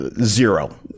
zero